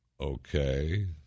Okay